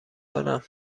کنم